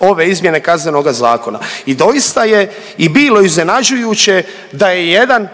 ove izmjene Kaznenoga zakona i doista je i bilo iznenađujuće da je jedan